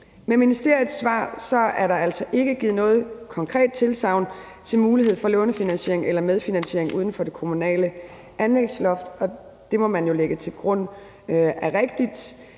Med ministeriets svar er der altså ikke givet noget konkret tilsagn til mulighed for lånefinansiering eller medfinansiering uden for det kommunale anlægsloft, og det må man jo lægge til grund er rigtigt,